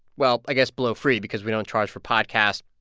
well, i guess below free because we don't charge for podcasts.